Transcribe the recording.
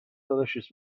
delicious